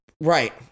right